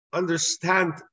understand